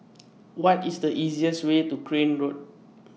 What IS The easiest Way to Crane Road